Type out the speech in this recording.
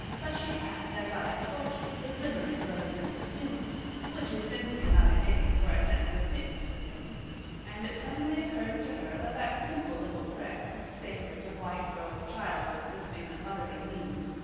but she had, as i have told you, the glimmerings of a sense of humor which is simply another name for a sense of fitness of things and it suddenly occurred to her that that simple little prayer, sacred to white-robed childhood lisping at motherly knees,